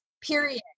period